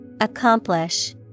Accomplish